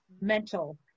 Mental